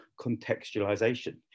contextualization